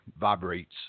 vibrates